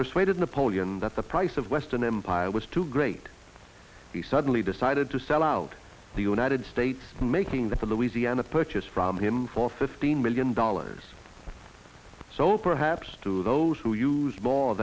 persuaded napoleon that the price of western empire was too great he suddenly decided to sell out the united states making the louisiana purchase from him for fifteen million dollars so perhaps to those who use more